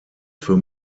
für